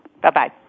Bye-bye